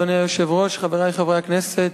אדוני היושב-ראש, חברי חברי הכנסת,